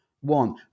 one